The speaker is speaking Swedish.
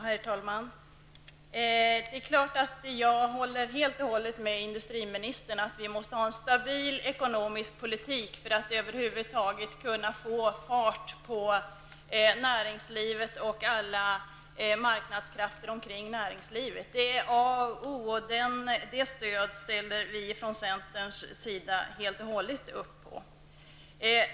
Herr talman! Det är klart att jag helt och hållet håller med industriministern om att vi måste ha en stabil ekonomisk politik för att över huvud taget kunna få fart på näringslivet och alla marknadskrafter omkring näringslivet. Det är A och O. Detta ställer vi från centerns sida oss helt och hållet bakom.